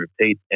repeat